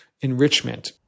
enrichment